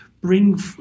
bring